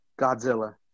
Godzilla